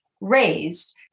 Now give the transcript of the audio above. raised